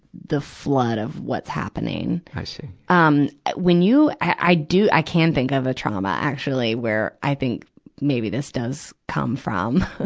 the flood of what's happening. i see. um when you, i, i, do, i can think of a trauma, actually, where i think maybe this does come from.